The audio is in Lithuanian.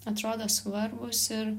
atrodo svarbūs ir